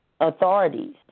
authorities